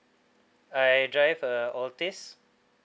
I drive a altis